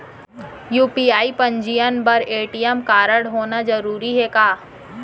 UPI पंजीयन बर ATM कारडहोना जरूरी हे का?